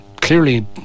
clearly